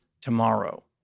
tomorrow